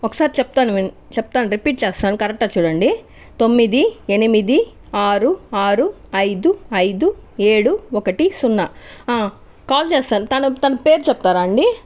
ఒకసారి చెప్తాను విని చెప్తాను రిపీట్ చేస్తాను కరెక్టా చూడండి తొమ్మిది ఎనిమిది ఆరు ఆరు ఐదు ఐదు ఏడు ఒకటి సున్నా కాల్ చేస్తాను తన తన పేరు చెప్తారా అండి